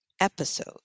episode